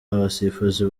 abasifuzi